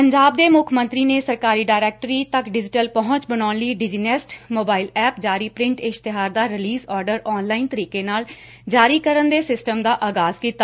ਪੰਜਾਬ ਦੇ ਮੁੱਖ ਮੰਤਰੀ ਨੇ ਸਰਕਾਰੀ ਡਾਇਰੈਕਟਰੀ ਤੱਕ ਡਿਜੀਟਲ ਪਹੁੰਚ ਬਣਾਉਣ ਲਈ ਡਿਜ਼ੀਨੈਸਟ ਮੋਬਾਈਲ ਐਪ ਜਾਰੀ ਪ੍ਰਿੰਟ ਇਸਤਿਹਾਰ ਦਾ ਰਿਲੀਜ਼ ਆਰਡਰ ਆਨ ਲਾਈਨ ਤਰੀਕੇ ਨਾਲ ਜਾਰੀ ਕਰਨ ਦੇ ਸਿਸਟਮ ਦਾ ਆਗਾਜ਼ ਕੀਤਾ